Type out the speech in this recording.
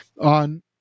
on